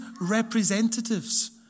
representatives